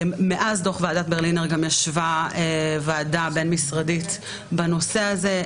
מאז דוח ועדת בלינר גם ישבה ועדה בין-משרדית בנושא הזה.